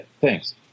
thanks